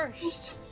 first